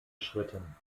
schritten